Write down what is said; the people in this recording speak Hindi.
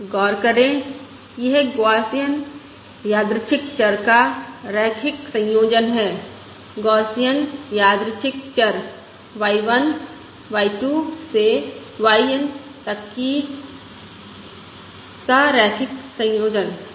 गौर करें कि यह गौसियन यादृच्छिक चर का रैखिक संयोजन है गौसियन यादृच्छिक चर y1 y 2 से yn तक का रैखिक संयोजन है